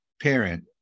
parent